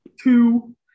Two